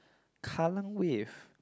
kallang Wave